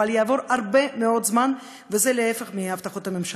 אבל יעבור הרבה מאוד זמן וזה ההפך מהבטחות הממשלה.